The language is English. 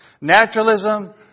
Naturalism